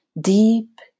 deep